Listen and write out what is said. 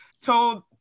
told